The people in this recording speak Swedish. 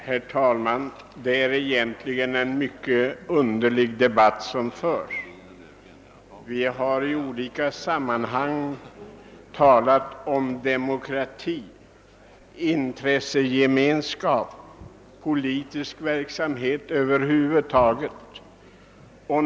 Herr talman! Det är egentligen en mycket underlig debatt som förs. Vi talar ofta om demokrati, intressegemenskap och politisk verksamhet över huvud taget.